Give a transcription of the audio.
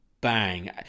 bang